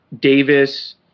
Davis